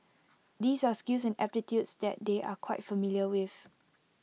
these are skills and aptitudes that they are quite familiar with